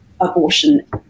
abortion